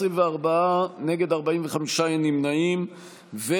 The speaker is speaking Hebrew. מחאה, שהיא נשמת אפה של מדינה דמוקרטית.